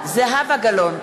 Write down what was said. זהבה גלאון,